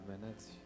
minutes